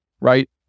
right